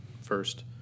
first